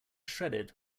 shredded